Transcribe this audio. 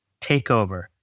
takeover